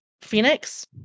Phoenix